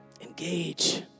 Engage